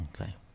Okay